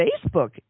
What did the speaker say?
Facebook